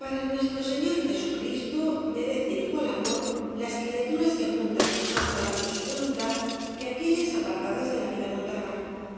para nuestro señor jesucristo merecen igual amor las criaturas que junta con santo lazo su voluntad que aquellas apartadas de la vida mundana